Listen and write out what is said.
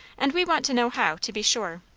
and we want to know how, to be sure.